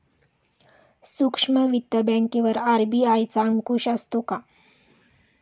सूक्ष्म वित्त बँकेवर आर.बी.आय चा अंकुश असतो का?